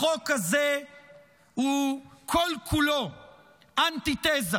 החוק הזה הוא כל-כולו אנטיתזה